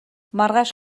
маргааш